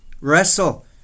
Wrestle